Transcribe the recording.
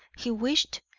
he wished,